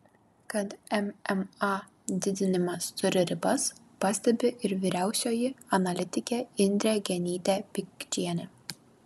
kad mma didinimas turi ribas pastebi ir vyriausioji analitikė indrė genytė pikčienė